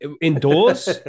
Indoors